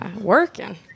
working